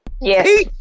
yes